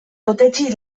hautetsi